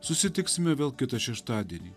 susitiksime vėl kitą šeštadienį